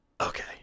Okay